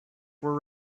were